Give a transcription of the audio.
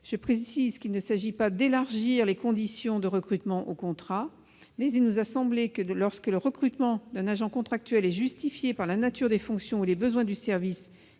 Je précise qu'il ne s'agit pas d'élargir les conditions de recrutement au contrat. Il nous a simplement semblé que, lorsque le recrutement d'un agent contractuel est justifié par la nature des fonctions ou les besoins du service